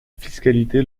fiscalité